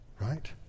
right